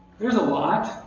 there's a lot.